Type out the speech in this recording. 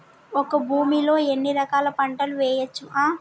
ఒక భూమి లో ఎన్ని రకాల పంటలు వేయచ్చు?